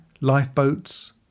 lifeboats